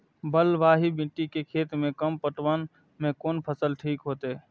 बलवाही मिट्टी के खेत में कम पटवन में कोन फसल ठीक होते?